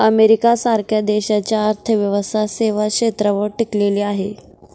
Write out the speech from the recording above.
America सारख्या देशाची अर्थव्यवस्था सेवा क्षेत्रावर टिकलेली आहे